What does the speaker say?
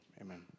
Amen